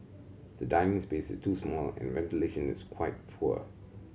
the dining space is too small and ventilation is quite poor